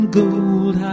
gold